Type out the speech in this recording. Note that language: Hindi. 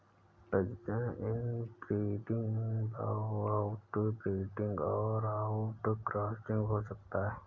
प्रजनन इनब्रीडिंग, आउटब्रीडिंग और आउटक्रॉसिंग हो सकता है